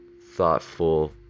thoughtful